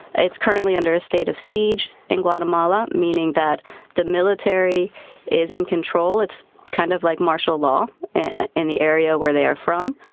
it's currently under a state of siege in guatemala, meaning that the military is in control. it's kind of like martial law in the area where they are from.